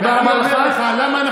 למה?